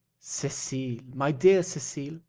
cecilia, my dear cecilia!